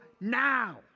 now